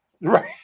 right